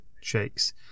shakes